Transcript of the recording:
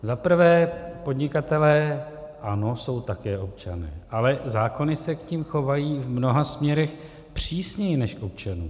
Za prvé podnikatelé, ano, jsou také občané, ale zákony se k nim chovají v mnoha směrech přísněji než k občanům.